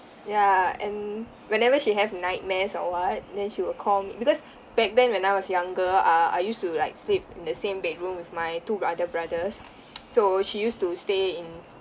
ya and whenever she have nightmares or what then she will call me because back then when I was younger uh I used to like sleep in the same bedroom with my two other brothers so she used to stay in